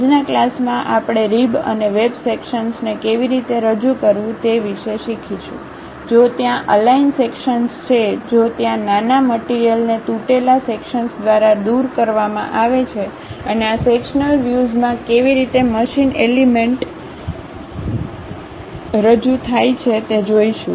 આજના ક્લાસમાં આપણે રીબ અને વેબ સેક્શનસને કેવી રીતે રજૂ કરવું તે વિશે શીખીશું જો ત્યાં અલાઈન સેક્શનસ છે જો ત્યાં નાના મટીરીયલને તૂટેલા સેક્શનસ દ્વારા દૂર કરવામાં આવે છે અને આ સેક્શન્લ વ્યુઝ માં કેવી રીતે મશીન એલિમેન્ટ એલિમેન્ટ રજૂ હાય છે તે જોઈશું